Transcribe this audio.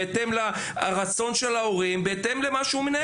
לרצון ההורים ולמה שהוא מנהל.